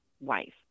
wife